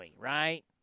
Right